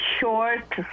short